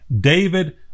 David